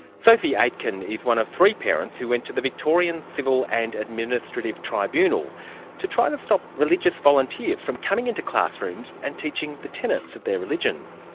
sophie aitken is one of three parents who went to the victorian civil and administrative tribunal to try to stop religious volunteers from coming into classrooms and teaching the tenets of their religion.